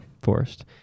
Forest